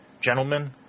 Gentlemen